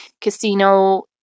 casino